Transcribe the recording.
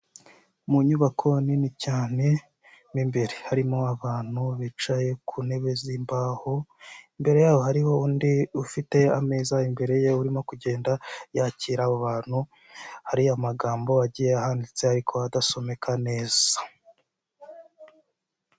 Mu nyubako nini cyane mo imbere harimo abantu bicaye ku ntebe z'imbaho, imbere yaho hariho undi ufite ameza imbere ye urimo kugenda yakira abo abantu hari amagambo agiye ahanditse ariko adasomeka neza.